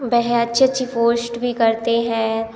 वह अच्छी अच्छी पोस्ट भी करते हैं